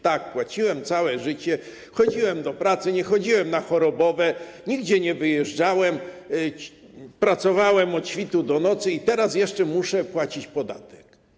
Tak, płaciłem całe życie, chodziłem do pracy, nie chodziłem na chorobowe, nigdzie nie wyjeżdżałem, pracowałem od świtu do nocy i teraz jeszcze muszę płacić podatek.